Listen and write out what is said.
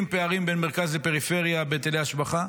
פערים בין המרכז לפריפריה בהיטלי השבחה.